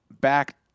back